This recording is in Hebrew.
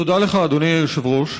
תודה לך, אדוני היושב-ראש.